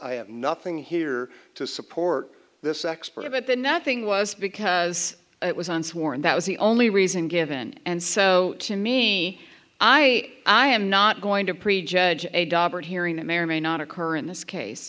i have nothing here to support this expert about the nothing was because it was on sworn that was the only reason given and so to me i i am not going to prejudge a doctorate hearing that may or may not occur in this case